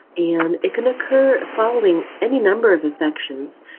and it can occur following any number of infections,